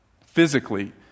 physically